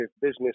business